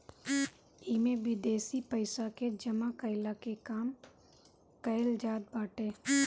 इमे विदेशी पइसा के जमा कईला के काम कईल जात बाटे